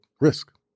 risk